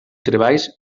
treballs